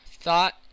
thought